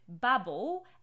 bubble